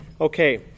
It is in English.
Okay